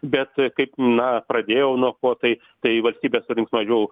bet kaip na pradėjau nuo ko tai tai valstybė surinks mažiau